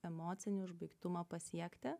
emocinį užbaigtumą pasiekti